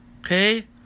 Okay